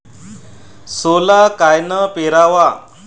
सोला कायनं पेराव?